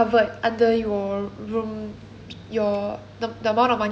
your room your the the amount of money you pay for the room